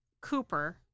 Cooper